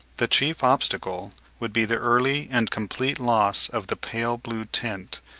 the chief obstacle would be the early and complete loss of the pale-blue tint,